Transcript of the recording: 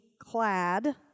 clad